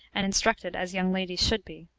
and instructed as young ladies should be.